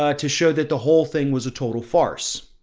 ah to show that the whole thing was a total farce.